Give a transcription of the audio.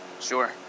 Sure